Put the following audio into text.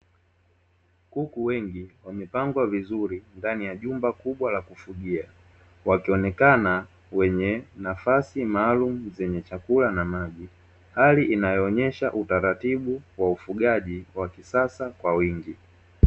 Kuku wengi wamepangwa vizuri ndani ya jumba kubwa la kufugia, wakionekana wenye nafasi maalumu zenye chakula na maji; hali inayoonyesha utaratibu wa ufugaji wa kisasa kwa wingi.